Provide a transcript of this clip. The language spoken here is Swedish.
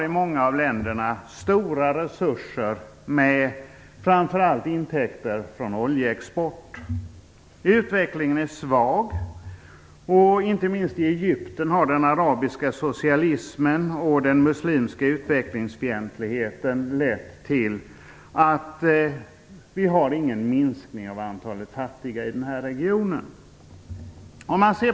I många av länderna finns stora resurser, framför allt intäkter från oljeexport. Utvecklingen är svag. Inte minst i Egypten har den arabiska socialismen och den muslimska utvecklingsfientligheten lett till att det inte sker någon minskning av antalet fattiga i regionen.